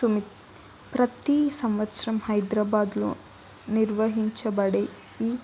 summit ప్రతీ సంవత్సరం హైదరాబాద్లో నిర్వహించబడే ఈ